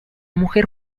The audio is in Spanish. mujer